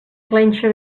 clenxa